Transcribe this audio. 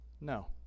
No